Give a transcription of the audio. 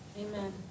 Amen